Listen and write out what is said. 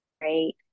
great